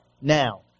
now